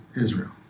Israel